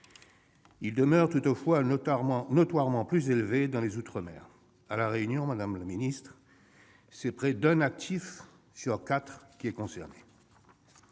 Il demeure toutefois notablement plus élevé dans les outre-mer. Ainsi, à La Réunion, c'est près d'un actif sur quatre qui est concerné,